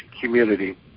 community